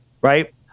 right